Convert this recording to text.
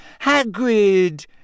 Hagrid